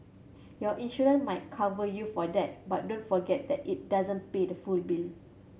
your insurance might cover you for that but don't forget that it doesn't pay the full bill